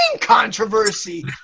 controversy